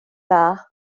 dda